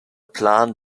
plant